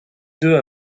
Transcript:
deux